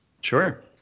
sure